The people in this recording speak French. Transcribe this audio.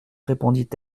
répondit